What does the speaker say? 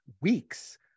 weeks